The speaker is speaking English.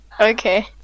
Okay